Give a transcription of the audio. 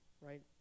right